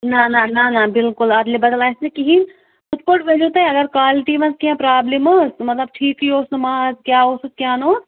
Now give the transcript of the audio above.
نَہ نَہ نَہ نَہ بلکل ادلہِ بَدل آسہِ نہٕ کِہیٖنۍ ہُتھ پٲٹھۍ ؤنِو تُہی اگر قالٹی منٛز کیٚنٛہہ پرٛابلِم ٲسۍ مطلب ٹھیٖکھٕے اوس نہٕ ماز کیاہ اوسُس کیاہ نہٕ اوس